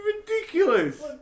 Ridiculous